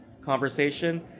conversation